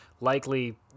likely